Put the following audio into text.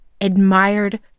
admired